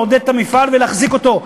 לעודד את המפעל ולהחזיק אותו.